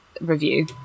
review